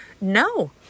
no